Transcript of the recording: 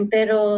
Pero